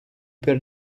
per